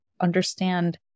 understand